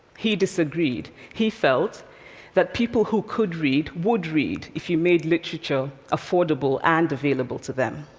he disagreed. he felt that people who could read, would read, if you made literature affordable and available to them.